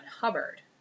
Hubbard